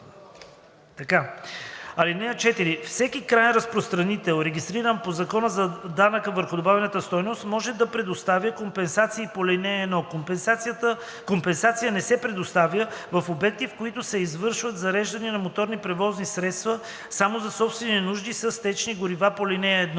горива. (4) Всеки краен разпространител, регистриран по Закона за данък върху добавената стойност, може да предоставя компенсацията по ал. 1. Компенсация не се предоставя в обекти, в които се извършват зареждания на моторни превозни средства само за собствени нужди с течни горива по ал. 1.